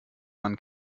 man